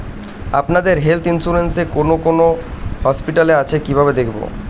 আপনাদের health insurance এ কোন কোন হসপিটাল আছে কিভাবে দেখবো?